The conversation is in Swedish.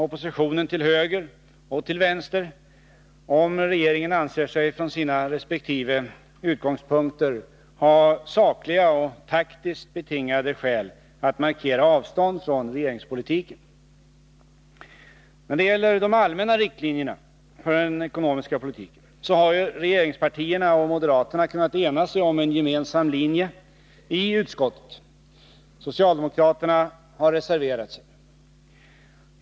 Oppositionen till höger och till vänster om regeringen anser sig från sina resp. utgångspunkter ha sakliga och taktiskt betingade skäl att markera avstånd från regeringspolitiken. När det gäller de allmänna riktlinjerna för den ekonomiska politiken har regeringspartierna och moderaterna kunnat ena sig om en gemensam linje i utskottet. Socialdemokraterna har reserverat sig.